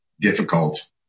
difficult